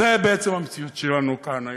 זו בעצם המציאות שלנו כאן היום,